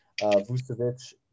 Vucevic